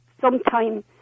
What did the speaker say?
sometime